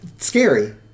Scary